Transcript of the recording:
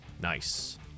Nice